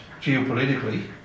geopolitically